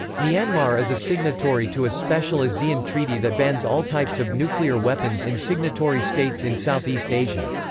myanmar is a signatory to a special asean treaty that bans all types of nuclear weapons in signatory states in southeast asia.